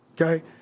okay